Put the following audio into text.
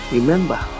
Remember